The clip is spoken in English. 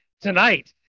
tonight